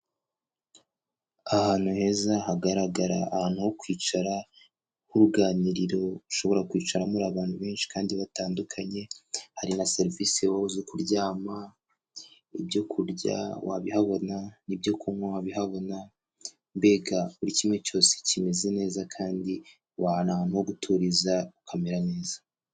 Ahantu heza hagaragara ahantu ho kwicara h'uruganiriro ushobora kwicara muri abantu benshi kandi batandukanye, hari na serivisi zo kuryama, ibyo kurya wabihabona, ibyo kunywa wabihabona, mbega buri kimwe cyose kimeze neza kandi wahabona ahantu ho guturiza ukamera neza.